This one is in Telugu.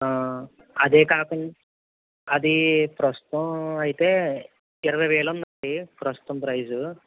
అదే అది ప్రస్తుతం అయితే ఇరవై వేలు ఉందండి ప్రస్తుతం ప్రైజ్